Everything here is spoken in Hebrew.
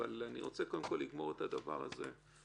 אבל אני רוצה קודם כול לגמור את הדבר הזה.